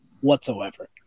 whatsoever